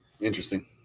Interesting